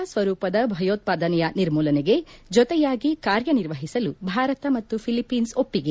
ಎಲ್ಲಾ ಸ್ನರೂಪದ ಭಯೋತ್ವಾದನೆಯ ನಿರ್ಮೂಲನೆಗೆ ಜೊತೆಯಾಗಿ ಕಾರ್ಯನಿರ್ವಹಿಸಲು ಭಾರತ ಮತ್ತು ಫಿಲಿಪೀನ್ಸ್ ಒಪ್ಪಿಗೆ